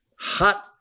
hot